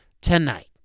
tonight